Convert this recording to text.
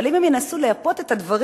אבל אם הם ינסו לייפות את הדברים,